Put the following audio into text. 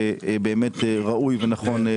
באמת ראוי ונכון.